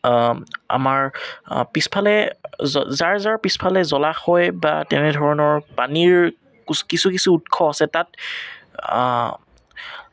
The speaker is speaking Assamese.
আমাৰ পিছফালে য যাৰ যাৰ পিছফালে জলাশয় বা তেনেধৰণৰ পানীৰ কিছু কিছু উৎস আছে তাত